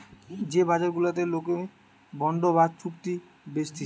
যে বাজার গুলাতে লোকে বন্ড বা চুক্তি বেচতিছে